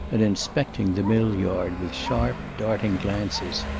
and inspecting the mill yard with sharp, darting glances.